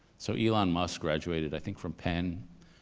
so, elon musk graduated, i think, from penn.